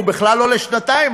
הוא בכלל לא לשנתיים,